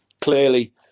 Clearly